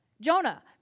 Jonah